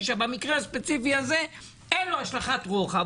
במקרה הספציפי הזה אין לו השלכת רוחב,